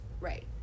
right